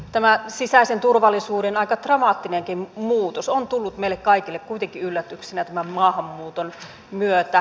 tämä sisäisen turvallisuuden aika dramaattinenkin muutos on tullut meille kaikille kuitenkin yllätyksenä tämän maahanmuuton myötä